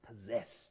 possessed